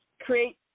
create